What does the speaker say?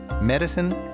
medicine